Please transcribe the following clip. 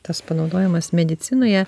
tas panaudojamas medicinoje